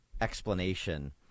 explanation